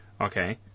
Okay